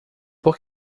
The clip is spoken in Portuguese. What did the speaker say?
por